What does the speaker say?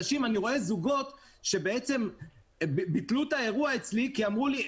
אני רואה זוגות שביטלו את האירוע אצלי כי אמרו לי,